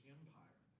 Empire